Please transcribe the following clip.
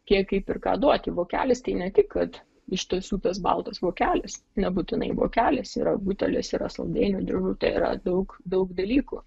kiek kaip ir ką duoti vokelis tai ne tik kad iš tiesų tas baltas vokelis nebūtinai vokelis yra butelis yra saldainių dėžutė yra daug daug dalykų